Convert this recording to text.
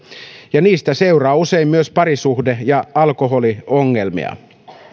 ja niistä seuraa usein myös parisuhde ja alkoholiongelmia